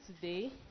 today